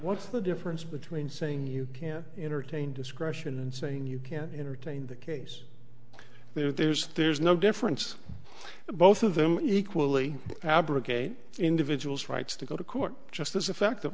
what's the difference between saying you can entertain discretion and saying you can entertain the case there's there's no difference both of them equally abrogate individual's rights to go to court just as effective